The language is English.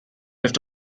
list